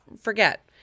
forget